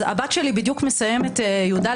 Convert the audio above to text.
הבת שלי בדיוק מסיימת י"א,